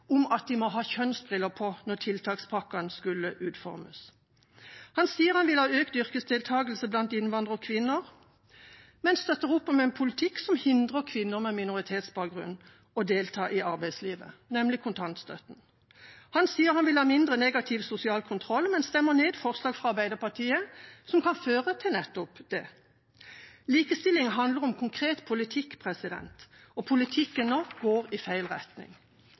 at de må ha kjønnsbriller på når tiltakspakkene skulle utformes? Han sier han vil ha økt yrkesdeltakelse blant innvandrerkvinner, men støtter opp om en politikk som hindrer kvinner med minoritetsbakgrunn i å delta i arbeidslivet, nemlig kontantstøtten. Han sier han vil ha mindre negativ sosial kontroll, men stemmer ned forslag fra Arbeiderpartiet som kan føre til nettopp det. Likestilling handler om konkret politikk, og politikken nå går i feil retning.